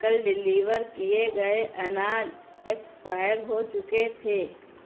کل ڈیلیور کیے گئے اناج ایکسپائر ہو چکے تھے